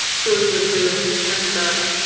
who's with who and stuff.